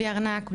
בלי ארנק,